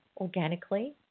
organically